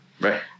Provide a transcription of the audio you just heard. right